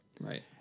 right